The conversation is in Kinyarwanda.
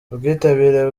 ubwitabire